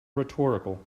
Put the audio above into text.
rhetorical